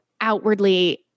outwardly